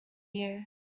year